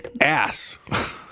ass